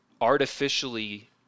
artificially